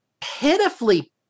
pitifully